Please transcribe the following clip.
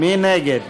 מי נגד?